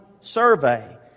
survey